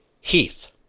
Heath